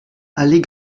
allée